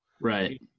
Right